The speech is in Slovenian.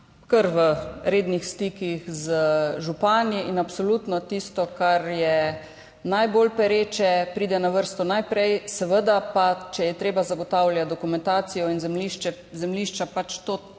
kar v rednih stikih z župani. Absolutno tisto, kar je najbolj pereče, pride na vrsto najprej. Seveda pa, če je treba zagotavljati dokumentacijo in zemljišča, to terja